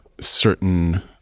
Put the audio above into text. certain